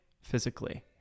physically